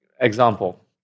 Example